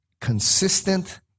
consistent